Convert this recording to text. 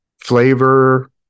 flavor